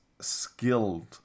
skilled